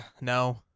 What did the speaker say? No